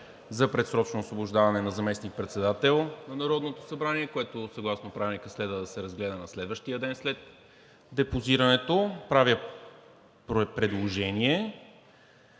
за предсрочно освобождаване на заместник-председател на Народното събрание, което съгласно Правилника следва да се разгледа на следващия ден след депозирането. Правя предложение